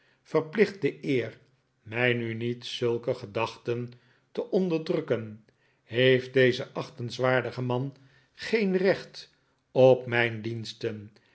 verplicht de eer mij nu niet zulke gedachten te onderdrukken heeft deze achtenswaardige man geen recht op mijn diensten